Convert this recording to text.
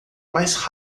mais